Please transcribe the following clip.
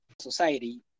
society